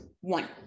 One